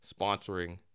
sponsoring